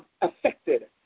affected